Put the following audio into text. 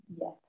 Yes